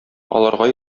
аларга